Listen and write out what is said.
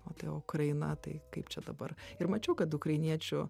o tai ukraina tai kaip čia dabar ir mačiau kad ukrainiečių